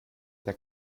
der